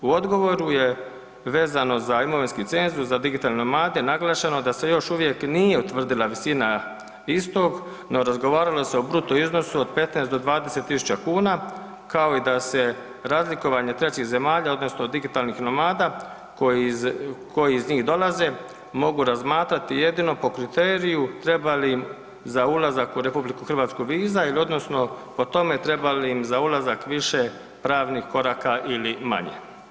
U odgovoru je vezano za imovinski cenzus za digitalne nomade naglašeno da se još uvijek nije utvrdila visina istog, no razgovaralo se o bruto iznosu od 15 do 20.000 kuna kao i da se razlikovanje trećih zemalja odnosno digitalnih nomada koji iz njih dolaze mogu razmatrati jedino po kriteriju treba li im za ulazak u RH viza ili odnosno po tome treba li im za ulazak više pravnih koraka ili manje.